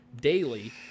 daily